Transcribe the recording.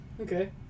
Okay